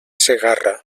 segarra